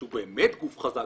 שהוא באמת גוף חזק,